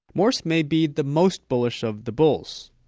morse may be the most bullish of the bulls.